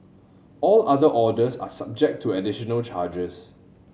all other orders are subject to additional charges